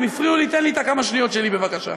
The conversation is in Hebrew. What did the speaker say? הם הפריעו לי, תן לי את הכמה שניות שלי, בבקשה.